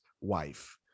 wife